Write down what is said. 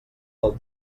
del